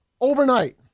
overnight